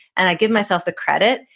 and i give myself the credit,